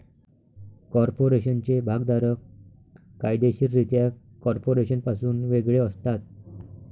कॉर्पोरेशनचे भागधारक कायदेशीररित्या कॉर्पोरेशनपासून वेगळे असतात